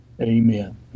Amen